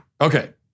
Okay